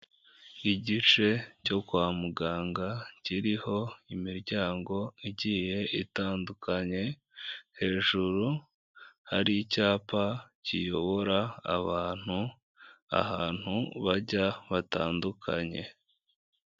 Igice cyo kwa muganga kiriho imiryango igiye itandukanye, hejuru hari icyapa kiyobora abantu ahantu bajya hatandukanye.